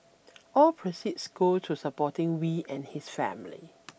all proceeds go to supporting Wee and his wife